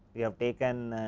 we have taken